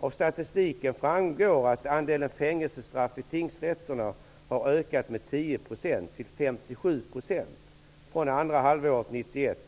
Av statistiken framgår att andelen fängelsestraff som utdöms i tingsrätterna har ökat med 10 % till 57 % från andra halvåret 1991